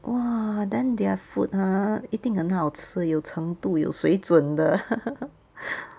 !wah! then their food !huh! 一定很好吃有程度有水准的